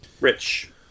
Rich